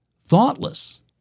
thoughtless